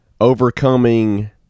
overcoming